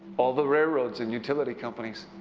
all the railroads and utility companies.